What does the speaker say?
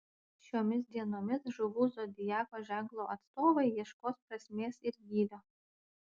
šiomis dienomis žuvų zodiako ženklo atstovai ieškos prasmės ir gylio